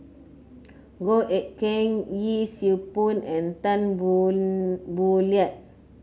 Goh Eck Kheng Yee Siew Pun and Tan Boon Boo Liat